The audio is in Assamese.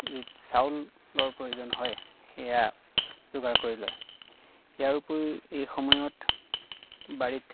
যি চাউলৰ প্ৰয়োজন হয় সেয়া যোগাৰ কৰি লয় ইয়াৰ উপৰি এই সময়ত বাৰীত